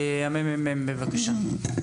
הממ"מ, בבקשה.